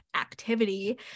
activity